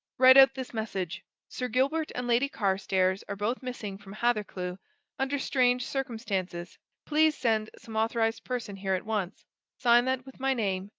write out this message sir gilbert and lady carstairs are both missing from hathercleugh under strange circumstances please send some authorized person here at once sign that with my name,